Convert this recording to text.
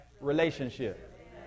relationship